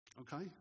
Okay